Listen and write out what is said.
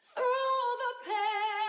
oh